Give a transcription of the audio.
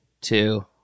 two